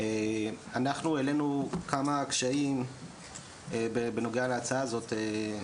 אנחנו העלינו כמה קשיים בנוגע להצעה הזאת,